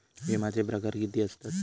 विमाचे प्रकार किती असतत?